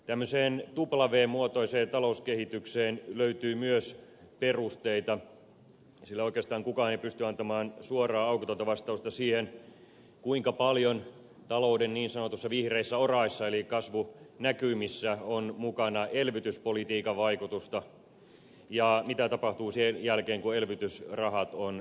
tämmöiseen tupla vn muotoiseen talouskehitykseen löytyy myös perusteita sillä oikeastaan kukaan ei pysty antamaan suoraa aukotonta vastausta siihen kuinka paljon talouden niin sanotuissa vihreissä oraissa eli kasvunäkymissä on mukana elvytyspolitiikan vaikutusta ja mitä tapahtuu sen jälkeen kun elvytysrahat on käytetty